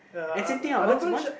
and same thing lah once once